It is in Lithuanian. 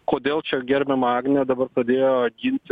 kodėl čia gerbiama agnė dabar pradėjo ginti